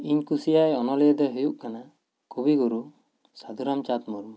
ᱤᱧ ᱠᱩᱥᱤᱭᱟᱭ ᱚᱱᱚᱞᱤᱭᱟᱹ ᱫᱚᱭ ᱦᱩᱭᱩᱜ ᱠᱟᱱᱟ ᱠᱚᱵᱤ ᱜᱩᱨᱩ ᱥᱟᱹᱫᱷᱩ ᱨᱟᱢᱪᱟᱸᱫᱽ ᱢᱩᱨᱢᱩ